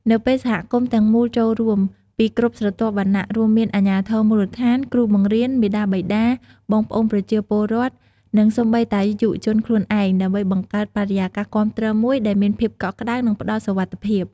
នៅពេលសហគមន៍ទាំងមូលចូលរួម ពីគ្រប់ស្រទាប់វណ្ណៈ រួមមានអាជ្ញាធរមូលដ្ឋាន គ្រូបង្រៀន មាតាបិតា បងប្អូនប្រជាពលរដ្ឋ និងសូម្បីតែយុវជនខ្លួនឯង ដើម្បីបង្កើតបរិយាកាសគាំទ្រមួយ ដែលមានភាពកក់ក្តៅ និងផ្តល់សុវត្ថិភាព។